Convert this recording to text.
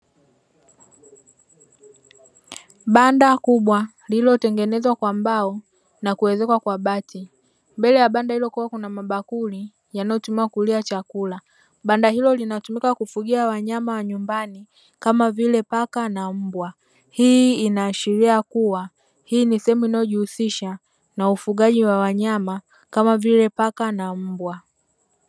Banda kubwa lililotengenezwa kwa mbao na kuezekwa kwa bati. Mbele ya banda hilo kukiwa kuna mabakuli yanayotumiwa kulia chakula. Banda hilo linatumika kufugia wanyama wa nyumbani kama vile paka na mbwa. Hii inaashiria kuwa hii ni sehemu inayojihusisha na ufugaji wa wanyama kama vile paka na mbwa.